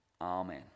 Amen